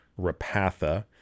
rapatha